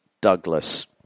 Douglas